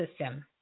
system